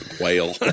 whale